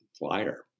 liar